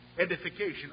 Edification